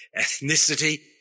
ethnicity